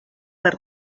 per